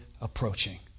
approaching